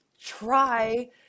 try